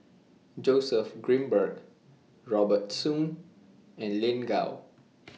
Joseph Grimberg Robert Soon and Lin Gao